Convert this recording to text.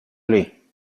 lui